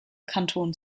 kanton